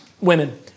women